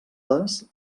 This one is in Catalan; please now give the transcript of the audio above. les